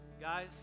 Guys